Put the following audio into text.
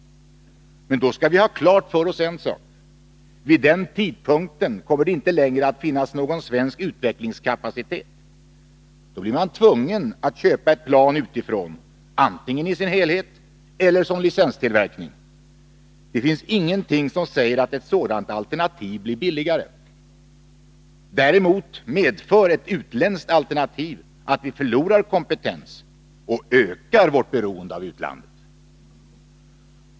Men då skall vi ha klart för oss en sak: vid den tidpunkten kommer det inte längre att finnas någon svensk utvecklingskapacitet. Då blir man tvungen att köpa ett plan utifrån, antingen i dess helhet eller som licenstillverkning. Det finns ingenting som säger att ett sådant alternativ blir billigare. Däremot medför ett utländskt alternativ att vi förlorar kompetens och ökar vårt beroende av utlandet.